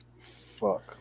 Fuck